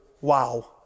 Wow